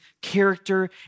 character